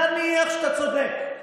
אבל נניח שאתה צודק.